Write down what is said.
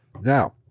Now